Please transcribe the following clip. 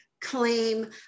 claim